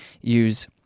use